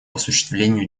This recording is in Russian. осуществлению